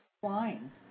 flying